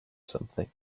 something